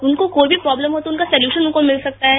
उनको कोई भी प्रोब्लेम हो तो उनका सोल्यूशन उनको मिल सकता है